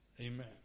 Amen